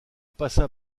passa